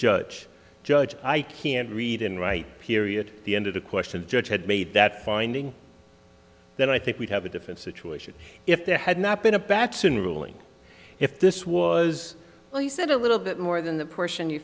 judge judge i can't read and write period the end of the question judge had made that finding then i think we'd have a different situation if there had not been a batson ruling if this was well you said a little bit more than the portion you